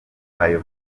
ayo